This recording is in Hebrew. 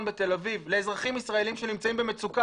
בתל אביב לאזרחים ישראלים שנמצאים במצוקה,